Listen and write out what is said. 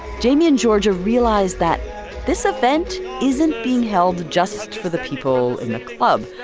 jamie and georgia realized that this event isn't being held just for the people in a club.